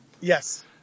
Yes